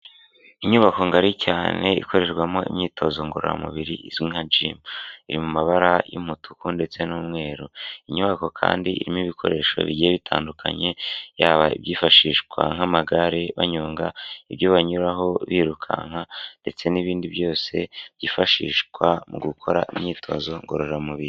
Inyubako ngari cyane ikorerwamo imyitozo ngororamubiri izwi nka jimu iri mu mabara y'umutuku ndetse n'umweru, inyubako kandi irimo ibikoresho bigiye bitandukanye yaba ibyifashishwa nk'amagare banyonga, ibyo banyuraho birukanka ndetse n'ibindi byose byifashishwa mu gukora imyitozo ngororamubiri.